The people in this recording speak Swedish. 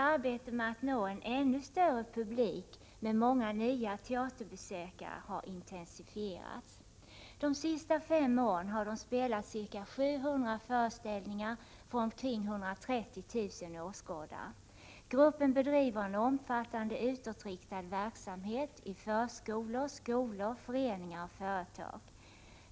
Arbetet med att nå en ännu större publik med många nya teaterbesökare har intensifierats. De sista fem åren har Skånska teatern spelat 700 föreställningar för omkring 130 000 åskådare. Gruppen bedriver en omfattande utåtriktad verksamhet i förskolor, skolor, föreningar och företag.